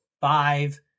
five